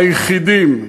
היחידים,